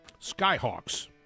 Skyhawks